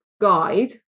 guide